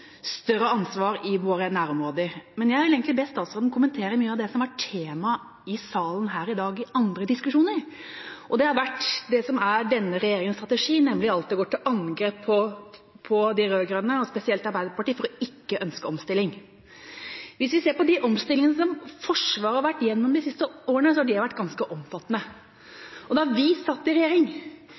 større ansvar i våre nærområder. Men jeg vil egentlig be statsråden kommentere mye av det som har vært tema i salen her i dag i andre diskusjoner, og det har vært det som er denne regjeringas strategi, nemlig alltid å gå til angrep på de rød-grønne, og spesielt Arbeiderpartiet, for ikke å ønske omstilling. Hvis vi ser på de omstillingene som Forsvaret har vært gjennom de siste årene, har de vært ganske omfattende. Da vi satt i regjering,